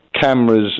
Cameras